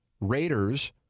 Raiders